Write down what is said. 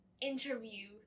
interview